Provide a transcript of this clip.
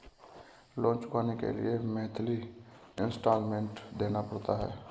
loan चुकाने के लिए मंथली इन्सटॉलमेंट देना पड़ता है